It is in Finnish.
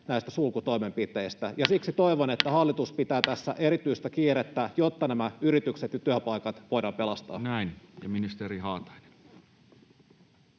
näistä sulkutoimenpiteistä, ja siksi toivon, että hallitus pitää tässä erityistä kiirettä, jotta nämä yritykset ja työpaikat voidaan pelastaa. Näin. — Ja ministeri Haatainen.